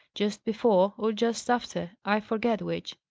just before or just after, i forget which.